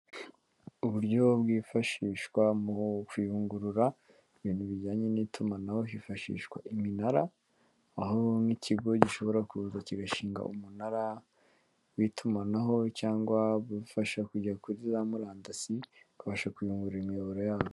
Uburyo bwifashishwa mu kuyungurura ibintu bijyanye n'itumanaho hifashishwa iminara, aho nk'ikigo gishobora kuza kigashinga umunara w'itumanaho cyangwa ufasha kujya kuri za murandasi ukubasha kuyungurura imiyoboro yabo.